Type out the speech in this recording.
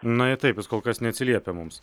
na taip jis kol kas neatsiliepia mums